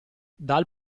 dal